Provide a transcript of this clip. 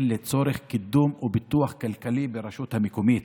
לצורך קידום ופיתוח כלכלי ברשות המקומית.